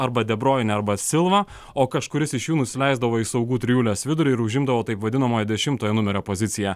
arba de bruyne arba silva o kažkuris iš jų nusileisdavo į saugų trijulės vidurį ir užimdavo taip vadinamojo dešimtojo numerio poziciją